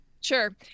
Sure